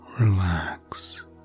relax